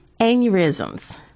aneurysms